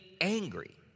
angry